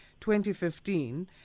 2015